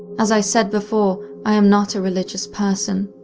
as i said before, i am not a religious person.